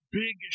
big